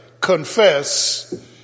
confess